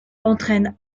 entraine